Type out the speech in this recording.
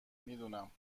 میدونم